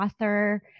author